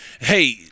hey—